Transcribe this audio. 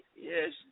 Yes